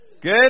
Good